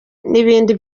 nibindi